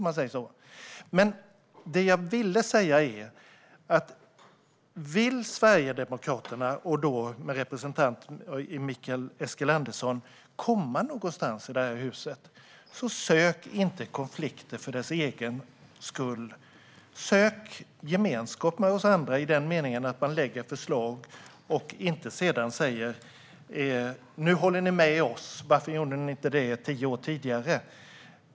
Men om Sverigedemokraterna, med Mikael Eskilandersson som representant, vill komma någonstans i det här huset bör de inte söka konflikter för deras egen skull. Sök gemenskap med oss andra genom att lägga förslag utan att sedan säga: Nu håller ni med oss! Varför gjorde ni inte det tio år tidigare?